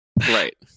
right